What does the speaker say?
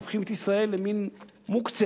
הופכים את ישראל למין מוקצה,